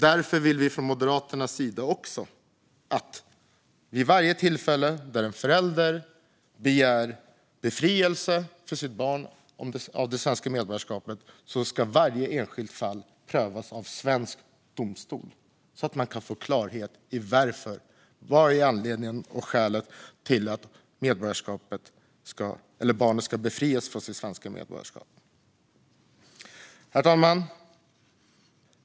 Därför vill vi från Moderaternas sida att vid varje enskilt fall där en förälder begär befrielse av det svenska medborgarskapet för sitt barn ska det prövas av svensk domstol, så att man kan få klarhet i vad som är skälen till att barnet ska befrias från sitt svenska medborgarskap. Herr talman!